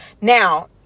Now